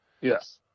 Yes